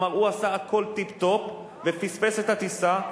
כלומר הוא עשה הכול טיפ-טופ ופספס את הטיסה,